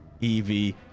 evie